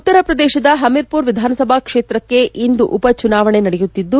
ಉತ್ತರ ಪ್ರದೇಶದ ಹಮಿರ್ಮರ್ ವಿಧಾನಸಭಾ ಕ್ಷೇತ್ರಕ್ಕೆ ಇಂದು ಉಪ ಉಪಚುನಾವಣೆ ನಡೆಯುತ್ತಿದ್ದು